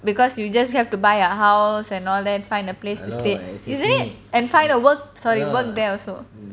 because you just have to buy a house and all that find a place to stay isn't it and find a work sorry work there also